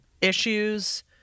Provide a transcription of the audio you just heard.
issues